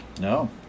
No